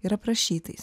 ir aprašytais